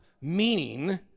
meaning